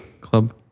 Club